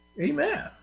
Amen